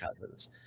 cousins